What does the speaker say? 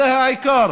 זה העיקר